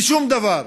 בשום דבר.